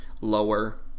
lower